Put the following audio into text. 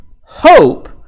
hope